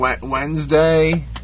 Wednesday